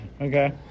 Okay